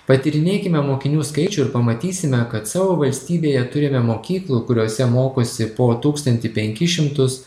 patyrinėkime mokinių skaičių ir pamatysime kad savo valstybėje turime mokyklų kuriose mokosi po tūkstantį penkis šimtus